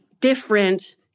different